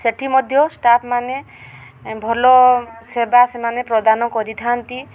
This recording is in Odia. ସେଇଠି ମଧ୍ୟ ଷ୍ଟାପ୍ମାନେ ଭଲ ସେବା ସେମାନେ ପ୍ରଦାନ କରିଥାଆନ୍ତି